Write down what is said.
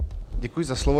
Děkuji za slovo.